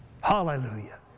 Hallelujah